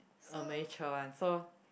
amateur on so